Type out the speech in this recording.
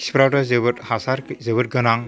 खिफ्राथ' जोबोर हासार जोबोर गोनां